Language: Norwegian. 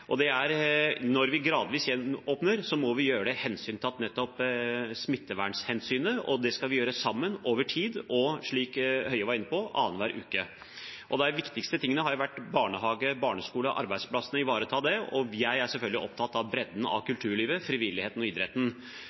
Når vi gjenåpner gradvis, må vi gjøre det hensyntatt nettopp smittevernet. Det skal vi gjøre sammen, over tid og, slik statsråd Høie var inne på, annenhver uke. De viktigste tingene har vært barnehage, barneskole, arbeidsplassene – å ivareta det. Jeg er selvfølgelig opptatt av bredden i kulturlivet, frivilligheten og idretten.